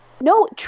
No